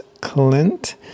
Clint